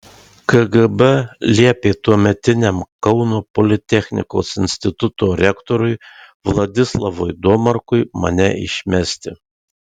kgb liepė tuometiniam kauno politechnikos instituto rektoriui vladislavui domarkui mane išmesti